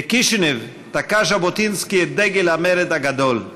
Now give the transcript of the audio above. בקישינב תקע ז'בוטינסקי את דגל המרד הגדול,